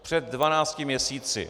Před 12 měsíci.